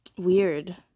Weird